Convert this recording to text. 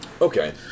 okay